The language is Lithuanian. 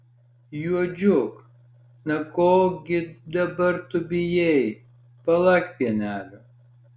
juodžiuk na ko gi dabar tu bijai palak pienelio